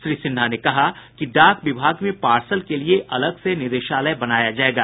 श्री सिन्हा ने कहा कि डाक विभाग में पार्सल के लिए अलग से निदेशालय बनाया जायेगा